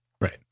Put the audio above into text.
Right